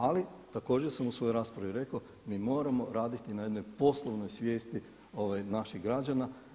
Ali također sam u svojoj raspravi rekao, mi moramo raditi na jednoj poslovnoj svijesti naših građana.